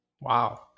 Wow